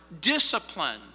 discipline